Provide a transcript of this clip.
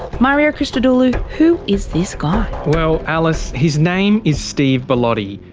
mario christodoulou, who is this guy? well, alice, his name is steve bellotti.